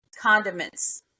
condiments